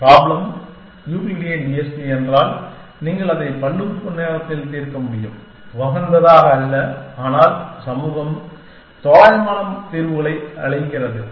problem Euclidean TSP என்றால் நீங்கள் அதை பல்லுறுப்பு நேரத்தில் தீர்க்க முடியும் உகந்ததாக அல்ல ஆனால் சமூகம் தோராயமான தீர்வுகளை அழைக்கிறது